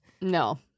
No